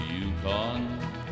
Yukon